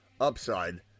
upside